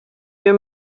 wir